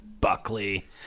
Buckley